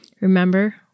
Remember